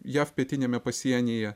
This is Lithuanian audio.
jav pietiniame pasienyje